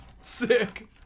Sick